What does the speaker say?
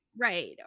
right